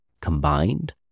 combined